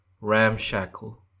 Ramshackle